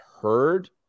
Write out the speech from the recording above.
heard